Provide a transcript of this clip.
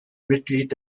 mitglied